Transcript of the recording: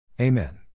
Amen